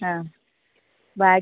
ആ ബാക്ക്